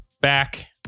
back